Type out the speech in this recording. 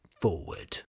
forward